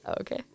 Okay